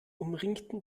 umringten